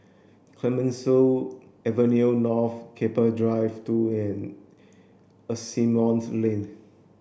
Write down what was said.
Clemenceau Avenue North Keppel Drive two and Asimont Lane